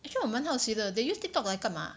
actually 我蛮好奇的 they use TikTok 来干嘛